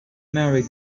merry